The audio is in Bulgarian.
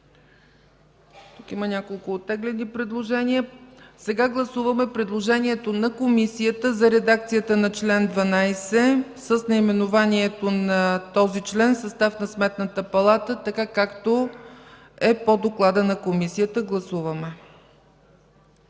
Има няколко оттеглени предложения. Сега гласуваме предложението на Комисията за редакция на чл. 12, с наименованието на този член „Състав на Сметната палата”, така както е по доклада на Комисията. Гласували